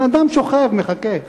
בן-אדם שוכב, מחכה.